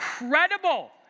incredible